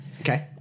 Okay